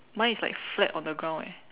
mine is like flat on the ground eh